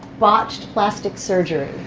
botched plastic surgery.